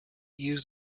used